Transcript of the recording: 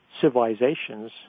civilizations